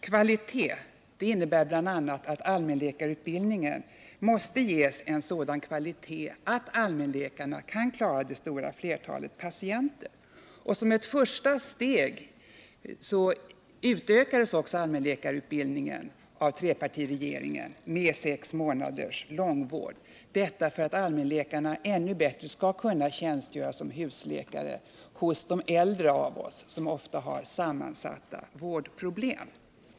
Kvalitet innebär bl.a. att allmänläkarutbildningen måste ges en sådan kvalitet att allmänläkarna kan klara det stora flertalet patienter. Såsom ett första steg utökades också allmänläkarutbildningen av trepartiregeringen med sex månaders långvård — detta för att allmänläkarna ännu bättre skulle kunna tjänstgöra såsom husläkare hos de äldre av oss, som ofta har sammansatta vårdproblem.